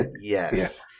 yes